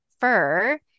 fur